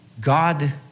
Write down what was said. God